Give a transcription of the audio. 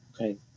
okay